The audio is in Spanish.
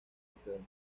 enfermos